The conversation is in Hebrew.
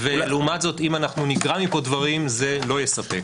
-- ולעומת זאת אם אנחנו נגרע מפה דברים זה לא יספק,